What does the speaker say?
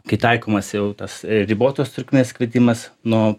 kai taikomas jau tas ribotos trukmės kritimas nuo